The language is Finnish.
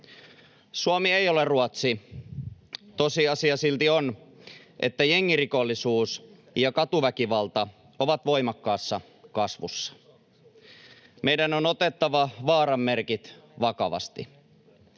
Suomi ei ole Ruotsi. Tosiasia silti on, että jengirikollisuus ja katuväkivalta ovat voimakkaassa kasvussa. Meidän on otettava vaaran merkit vakavasti.